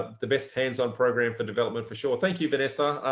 the best hands on program for development for sure. thank you, vanessa.